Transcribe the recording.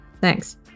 Thanks